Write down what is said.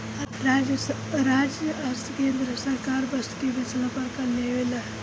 राज्य आ केंद्र सरकार वस्तु के बेचला पर कर लेवेला